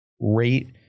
Rate